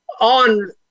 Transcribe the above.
on